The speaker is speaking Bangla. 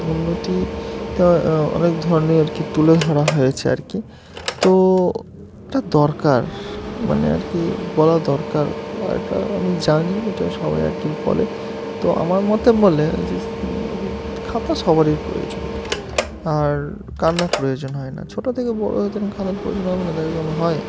উন্নতিতে অনেক ধরনের আর কি তুলে ধরা হয়েছে আর কি তো এটা দরকার মানে আর কি বলা দরকার আরটা আমি জানি এটা সবাই আর কি বলে তো আমার মতে বলে যে খাতা সবারই প্রয়োজন আর কার না প্রয়োজন হয় না ছোটো থেকে বড়ো হতেন খাতার প্রয়োজন হবে না দেখ কোনো হয়